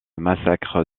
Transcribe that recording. massacre